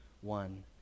one